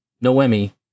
Noemi